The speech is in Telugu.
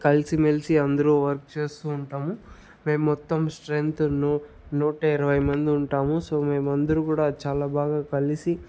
కలిసిమెలిసి అందరూ వర్క్ చేస్తూ ఉంటాము మేము మొత్తం స్ట్రెంగ్తు నూ నూటా ఇరవై మంది ఉంటాము సో మేము అందరు కూడా చాలా బాగా కలిసి